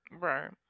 Right